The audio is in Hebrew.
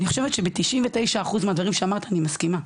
אני חושבת שב-99 אחוז מהדברים שאמרת אני מסכימה,